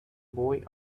boy